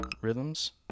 rhythms